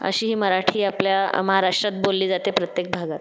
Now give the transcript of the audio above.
अशी ही मराठी आपल्या महाराष्ट्रात बोलली जाते प्रत्येक भागात